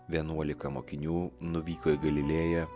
vienuolika mokinių nuvyko į galilėją